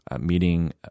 Meeting